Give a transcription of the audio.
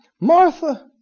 Martha